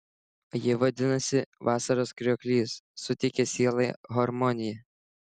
ji vadinasi vasaros krioklys suteikia sielai harmoniją